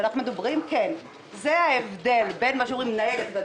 זה ההבדל בין מה שאומרים, כשאתה